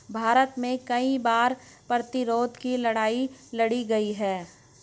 भारत में कई बार कर प्रतिरोध की लड़ाई लड़ी गई है